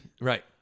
Right